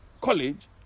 College